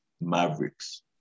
Mavericks